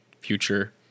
future